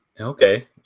Okay